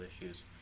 issues